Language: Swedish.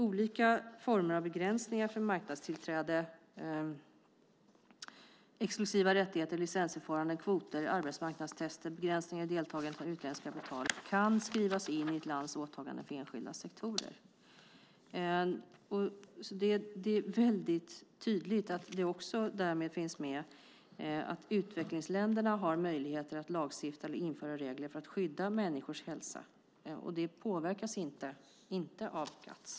Olika former av begränsningar för marknadstillträde, exklusiva rättigheter, licensförfarande, kvoter, arbetsmarknadstester och begränsningar i deltagande av utländskt kapital kan skrivas in i ett lands åtagande för enskilda sektorer. Det är väldigt tydligt att det också därmed finns med att utvecklingsländerna har möjligheter att lagstifta eller införa regler för att skydda människors hälsa. Det påverkas inte av GATS.